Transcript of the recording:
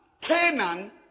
Canaan